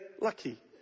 lucky